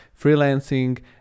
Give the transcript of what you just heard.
freelancing